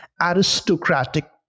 aristocratic